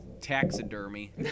taxidermy